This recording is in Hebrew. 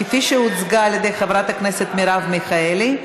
כפי שהוצגה על ידי חברת הכנסת מרב מיכאלי.